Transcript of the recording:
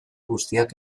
guztiak